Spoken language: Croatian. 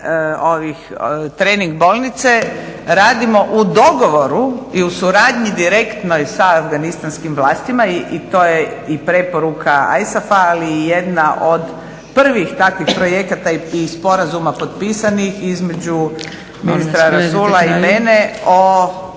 ovih trening bolnice radimo u dogovoru i u suradnji direktno sa afganistanskim vlastima i to je i preporuka AISAF-a, ali i jedna od prvih takvih projekata i sporazuma potpisanih između ministra Rasula i mene o